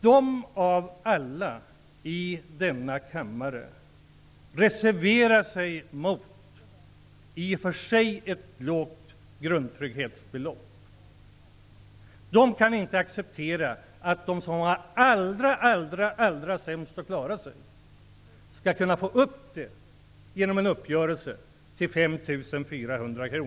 De av alla i denna kammare reserverar sig mot ett i och för sig lågt grundtrygghetsbelopp. De kan inte acceptera att de som har det allra, allra svårast att klara sig genom en uppgörelse skall kunna öka sina inkomster till 5 400 kr.